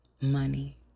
money